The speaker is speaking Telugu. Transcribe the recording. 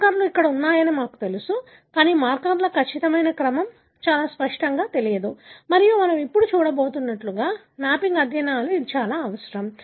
మార్కర్లు ఇక్కడ ఉన్నాయని మాకు తెలుసు కానీ మార్కర్ల ఖచ్చితమైన క్రమం చాలా స్పష్టంగా లేదు మరియు మనం ఇప్పుడు చూడబోతున్నట్లుగా మ్యాపింగ్ అధ్యయనాలకు అవి చాలా అవసరం